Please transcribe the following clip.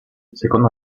secondo